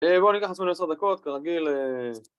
בואו ניקח לעצמנו 10 דקות כרגיל